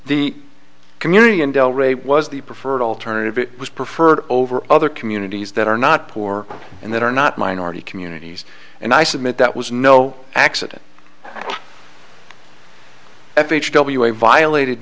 the community in del ray was the preferred alternative it was preferred over other communities that are not poor and that are not minority communities and i submit that was no accident if h w a violated